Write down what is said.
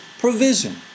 provision